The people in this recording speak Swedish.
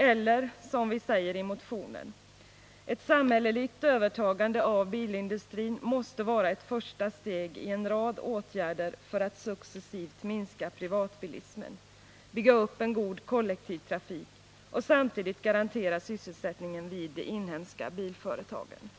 Eller som vi säger i motionen: ”Ett samhälleligt övertagande av bilindustrin måste vara ett första steg i en rad åtgärder för att successivt minska privatbilismen, bygga upp en god kollektivtrafik och samtidigt garantera sysselsättningen vid de inhemska bilföretagen.”